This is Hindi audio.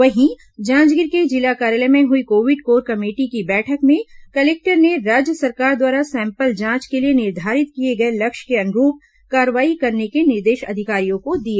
वहीं जांजगीर के जिला कार्यालय में हुई कोविड कोर कमेटी की बैठक में कलेक्टर ने राज्य सरकार द्वारा सैंपल जांच के लिए निर्धारित किए गए लक्ष्य के अनुरूप कार्रवाई करने के निर्देश अधिकारियों को दिए